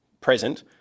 present